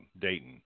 Dayton